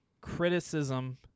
criticism